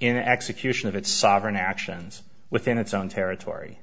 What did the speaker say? in execution of its sovereign actions within its own territory